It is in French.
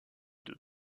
deux